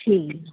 ਠੀਕ